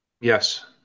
Yes